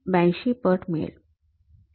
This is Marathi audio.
८२ पट मिळेल